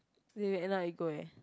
you end up you go where